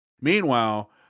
Meanwhile